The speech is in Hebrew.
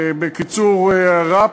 בקיצור: ר"פ,